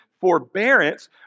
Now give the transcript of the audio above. Forbearance